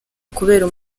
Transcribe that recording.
kubera